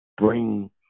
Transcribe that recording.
bring